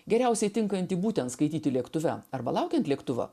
geriausiai tinkantį būtent skaityti lėktuve arba laukiant lėktuvo